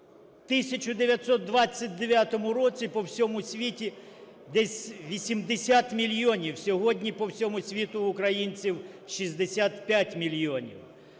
в 1929 році по всьому світі десь 80 мільйонів, сьогодні по всьому світу українців – 65 мільйонів.